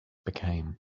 became